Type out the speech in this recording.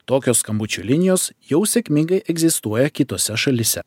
tokio skambučių linijos jau sėkmingai egzistuoja kitose šalyse